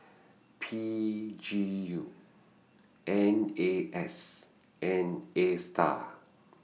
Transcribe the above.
P G U N A S and ASTAR